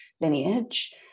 lineage